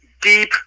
Deep